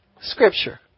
scripture